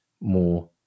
more